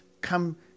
come